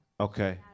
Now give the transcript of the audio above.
Okay